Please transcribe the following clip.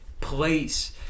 place